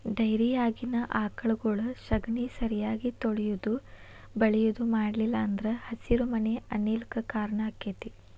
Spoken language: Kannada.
ಡೈರಿಯಾಗಿನ ಆಕಳಗೊಳ ಸಗಣಿ ಸರಿಯಾಗಿ ತೊಳಿಯುದು ಬಳಿಯುದು ಮಾಡ್ಲಿಲ್ಲ ಅಂದ್ರ ಹಸಿರುಮನೆ ಅನಿಲ ಕ್ಕ್ ಕಾರಣ ಆಕ್ಕೆತಿ